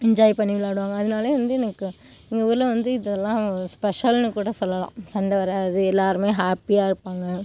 enjoy பண்ணி விளாடுவாங்க அதனாலயே வந்து எனக்கு எங்கள் ஊரில் வந்து இதலாம் ஸ்பெஷல்னு கூட சொல்லலாம் சண்டை வராது எல்லோருமே ஹாப்பியாக இருப்பாங்க